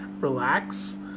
Relax